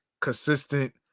consistent